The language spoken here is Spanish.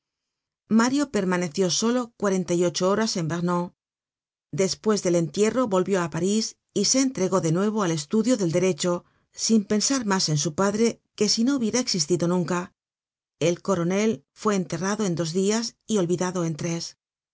mario permaneció solo cuarenta y ocho horas en vernon despues del entierro volvió á parís y se entregó de nuevo al estudio del derecho sin pensar mas en su padre que si no hubiera existido nunca el coronel fue enterrado en dos dias y olvidado